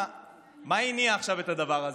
מה הניע עכשיו את הדבר הזה?